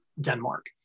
Denmark